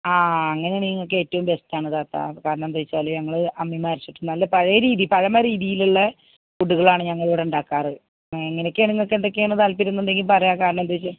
ആ അങ്ങനെയാണെങ്കിൽ ഞങ്ങൾക്ക് ഏറ്റോം ബെസ്റ്റാണിത് കേട്ടാ കാരണെന്താച്ചാൽ ഞങ്ങൾ അമ്മീമ്മേ അരച്ചിട്ട് നല്ല പഴയരീതീ പഴമരീതീലുള്ള ഫുഡുകളാണ് ഞങ്ങളിവിടെ ഉണ്ടാക്കാറ് എങ്ങനൊക്കെയാണ് നിങ്ങൾക്ക് എന്തൊക്കെയാണ് താല്പര്യമെന്നുണ്ടെങ്കിൽ പറ കാരണം എന്ത്വെച്ചാ